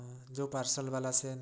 ଯୋଉ ପାର୍ସଲ୍ ବାଲା ସେ